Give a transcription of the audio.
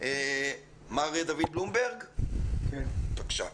מר דוד בלומברג, בבקשה.